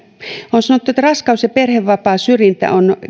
on sanottu että raskaus ja perhevapaasyrjintä on